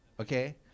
Okay